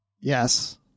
Yes